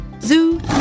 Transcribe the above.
Zoo